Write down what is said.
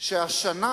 שהשנה